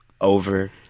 over